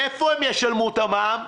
מאיפה הם ישלמו את המע"מ?